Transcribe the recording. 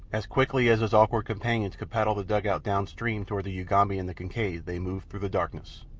as quickly as his awkward companions could paddle the dugout down-stream toward the ugambi and the kincaid they moved through the darkness.